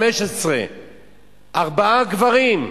15. ארבעה גברים,